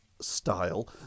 style